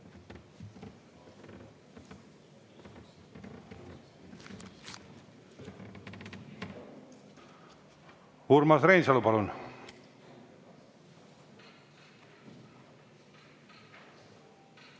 Urmas Reinsalu, palun!